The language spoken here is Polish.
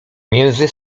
między